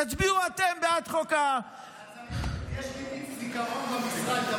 תצביעו אתם בעד חוק, יש לי מיץ זיכרון במשרד.